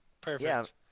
Perfect